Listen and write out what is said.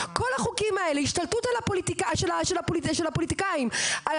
כל החוקים האלה השתלטות של הפוליטיקאים על